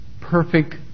perfect